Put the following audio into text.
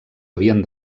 havien